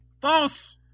false